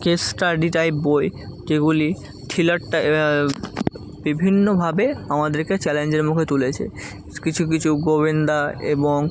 case study type বই কেবলই থ্রিলারটা বিভিন্নভাবে আমাদেরকে চ্যালেঞ্জের মুখে তুলেছে কিছু কিছু গোয়েন্দা এবং